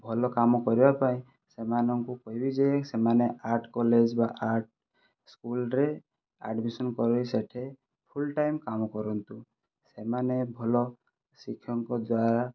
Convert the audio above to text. ଭଲ କାମ କରିବା ପାଇଁ ସେମାନଙ୍କୁ କହିବି ଯେ ସେମାନେ ଆର୍ଟ କଲେଜ ବା ଆର୍ଟ ସ୍କୁଲରେ ଆଡ଼ମିସନ କରାଇ ସେଠି ଫୁଲ୍ ଟାଇମ କାମ କରନ୍ତୁ ସେମାନେ ଭଲ ଶିକ୍ଷକଙ୍କ ଦ୍ଵାରା